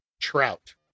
trout